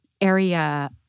area